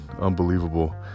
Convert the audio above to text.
unbelievable